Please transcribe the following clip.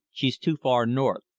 she's too far north.